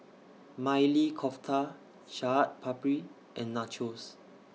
Maili Kofta Chaat Papri and Nachos